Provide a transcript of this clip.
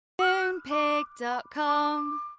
Moonpig.com